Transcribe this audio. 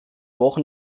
wochen